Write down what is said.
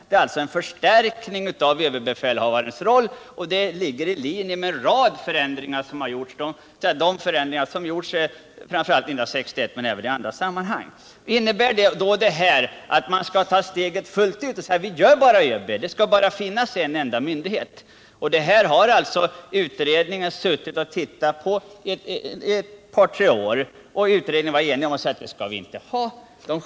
Det är alltså en förstärkning av överbefälhavarens roll, och det ligger i linje med en rad förändringar som har gjorts, framför allt 1961 men även i andra sammanhang. Innebär då detta att man skall ta steget fullt ut och säga att vi behöver bara ÖB, att det bara bör finnas en enda myndighet? Detta har utredningen tittat på under ett par tre år. Utredningen var enig när den sade att så skall vi inte ha det.